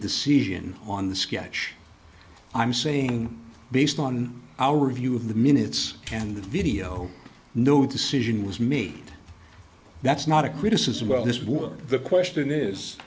decision on the sketch i'm saying based on our review of the minutes and video no decision was made that's not a criticism well this was the question is